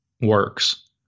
works